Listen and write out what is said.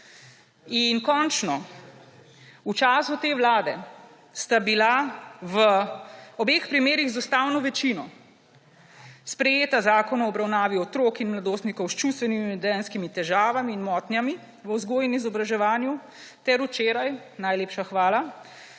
In končno, v času te vlade sta bila v obeh primerih z ustavno večino sprejeta Zakon o obravnavi otrok in mladostnikov s čustvenimi in vedenjskimi težavami in motnjami v vzgoji in izobraževanju ter včeraj, najlepša hvala,